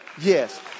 Yes